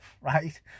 right